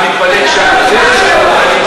עניתי לחבר הכנסת דרעי.